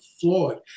flawed